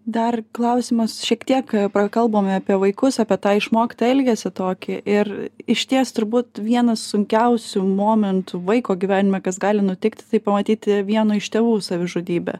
dar klausimas šiek tiek prakalbome apie vaikus apie tai išmoktą elgesį tokį ir išties turbūt vienas sunkiausių momentų vaiko gyvenime kas gali nutikti tai pamatyti vieno iš tėvų savižudybę